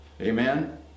Amen